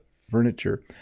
furniture